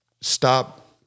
stop